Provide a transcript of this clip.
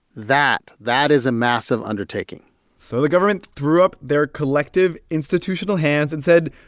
that that is a massive undertaking so the government threw up their collective institutional hands and said,